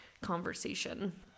conversation